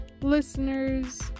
listeners